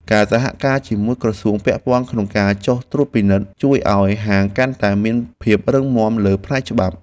ការសហការជាមួយក្រសួងពាក់ព័ន្ធក្នុងការចុះត្រួតពិនិត្យ ជួយឱ្យហាងកាន់តែមានភាពរឹងមាំលើផ្នែកច្បាប់។